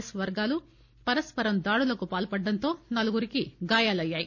yes వర్గాలు పరస్పరం దాడులకు పాల్పడటంతో నలుగురికి గాయలయ్యాయి